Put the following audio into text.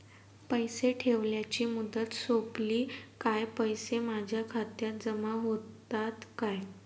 पैसे ठेवल्याची मुदत सोपली काय पैसे माझ्या खात्यात जमा होतात काय?